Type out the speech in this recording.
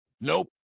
Nope